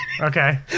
Okay